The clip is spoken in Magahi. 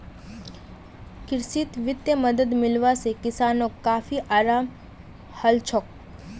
कृषित वित्तीय मदद मिलवा से किसानोंक काफी अराम हलछोक